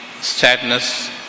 sadness